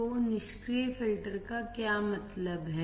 तो निष्क्रिय फिल्टर का क्या मतलब है